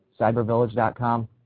cybervillage.com